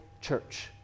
Church